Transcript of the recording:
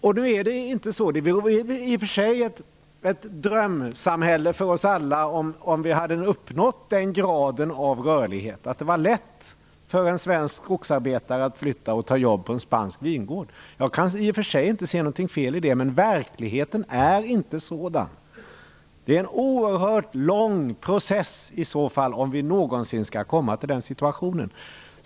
Det är i och för sig ett drömsamhälle för oss alla, om vi hade uppnått den graden av rörlighet att det var lätt för en svensk skogsarbetare att flytta och ta jobb på en spansk vingård. Jag kanske i och för sig inte ser något fel i det, men verkligheten är inte sådan. Det är en oerhört lång process i så fall om vi någonsin skall komma till den situationen.